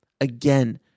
again